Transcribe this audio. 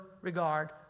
regard